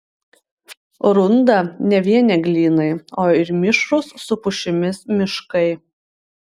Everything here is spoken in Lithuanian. runda ne vien eglynai o ir mišrūs su pušimis miškai